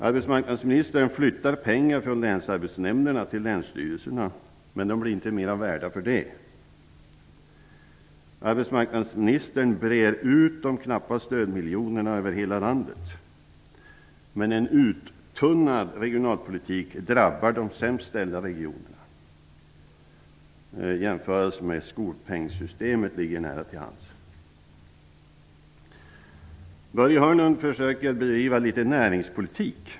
Arbetmarknadsministern flyttar pengar från länsarbetsnämnderna till länsstyrelserna, men de blir inte mer värda för det. Arbetsmarknadsministern brer ut de knappa stödmiljonerna över hela landet. Men en uttunnad regionalpolitik drabbar de sämst ställda regionerna. En jämförelse med skolpengssystemet ligger nära till hands. Börje Hörnlund försöker bedriva litet näringspolitik.